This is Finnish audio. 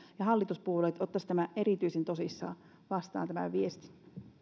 ja hallituspuolueet ottaisivat erityisen tosissaan vastaan tämän viestin